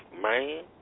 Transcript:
man